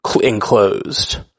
enclosed